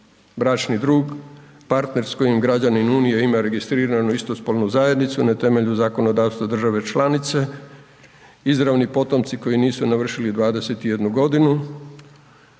bračni drug, partner s kojim građanin Unije ima registriranu istospolnu zajednicu, na temelju zakonodavstva država članice, izravni potomci koji nisu navršili 21 g. itd.